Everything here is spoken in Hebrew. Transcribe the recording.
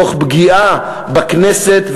תוך פגיעה בכנסת,